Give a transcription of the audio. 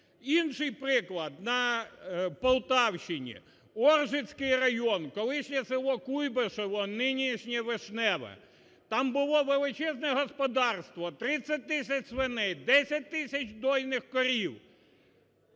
Інший приклад на Полтавщині, Оржицький район колишнє село Куйбишево, нинішнє Вишневе, там було величезне господарство 30 тисяч свиней, 10 тисяч дійних корів,